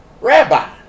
Rabbi